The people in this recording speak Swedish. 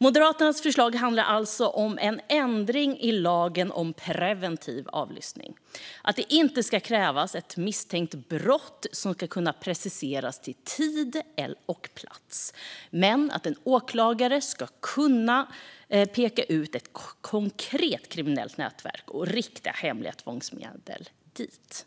Moderaternas förslag handlar alltså om en ändring i lagen om preventiv avlyssning som innebär att det inte ska krävas ett misstänkt brott som kan preciseras till tid och plats men att en åklagare ska kunna peka ut ett konkret kriminellt nätverk och rikta hemliga tvångsmedel dit.